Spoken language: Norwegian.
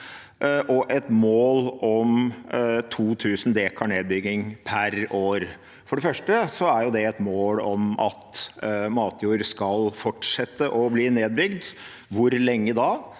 og et mål om 2 000 dekar nedbygging per år. For det første er det et mål om at matjord fortsatt skal bli nedbygd. Hvor lenge da?